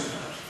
מאה אחוז.